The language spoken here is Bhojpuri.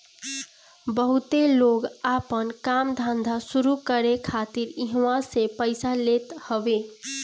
बहुते लोग आपन काम धंधा शुरू करे खातिर इहवा से पइया लेत हवे